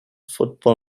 football